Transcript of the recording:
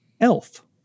Elf